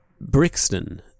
Brixton